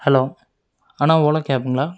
hello அண்ணா ஓலா கேபுங்ளா